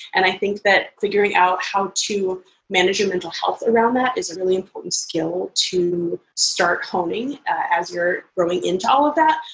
and i think that figuring out how to manage your mental health around that is a really important skill to start honing as you're growing into all of that.